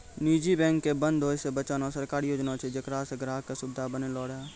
निजी बैंको के बंद होय से बचाना सरकारी योजना छै जेकरा से ग्राहको के सुविधा बनलो रहै